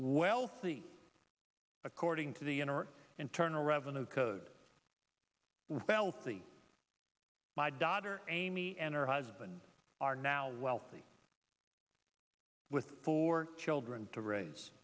wealthy according to the inner internal revenue code wealthy my daughter amy and her husband are now wealthy with four children to raise